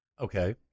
Okay